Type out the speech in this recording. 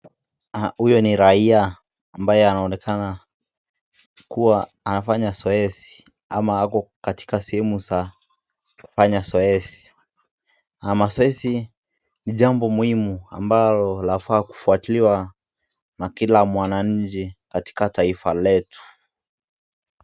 Huyu ni raiya ambaye anaonekana kuwa anafanya zoezi ama ako katika sehemu za kufanya zoezi. Mazoezi ni jambo muhimu ambalo lafaa kufuatiwa na kila mwananchi katika taifa letu.